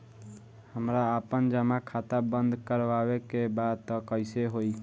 हमरा आपन जमा खाता बंद करवावे के बा त कैसे होई?